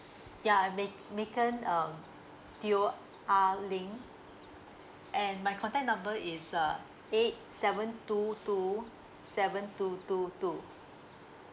yeah me~ megan um teoh ah ling and my contact number is uh eight seven two two seven two two two